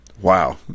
Wow